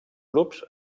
grups